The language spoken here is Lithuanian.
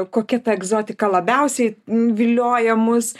kokia ta egzotika labiausiai vilioja mus